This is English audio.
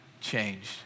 changed